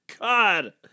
God